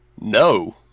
No